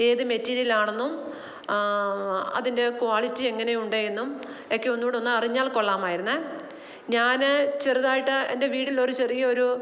ഏത് മെറ്റീരിയലാണെന്നും അതിന്റെ ക്വാളിറ്റി എങ്ങനെയുണ്ട് എന്നും ഒക്കെ ഒന്നും കൂടെ ഒന്ന് അറിഞ്ഞാല് കൊള്ളാമായിരുന്നേ ഞാന് ചെറുതായിട്ട് എന്റെ വീട്ടിൽ ഒരു ചെറിയ ഒരു